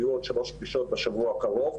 יהיו עוד שלוש פגישות בשבוע הקרוב,